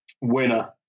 winner